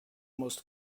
most